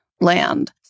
land